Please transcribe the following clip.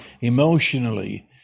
emotionally